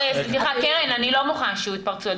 לא, קרן, סליחה, אני לא מוכנה שיהיו התפרצויות.